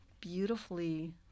beautifully